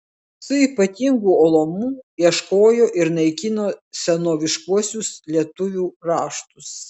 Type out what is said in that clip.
su ypatingu uolumu ieškojo ir naikino senoviškuosius lietuvių raštus